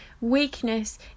Weakness